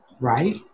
Right